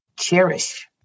cherish